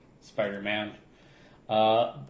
Spider-Man